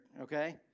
okay